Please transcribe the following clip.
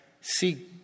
see